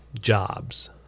jobs